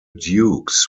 dukes